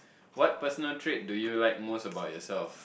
what personal trait do you like most about yourself